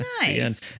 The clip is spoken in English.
Nice